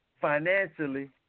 financially